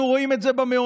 אנחנו רואים את זה במעונות: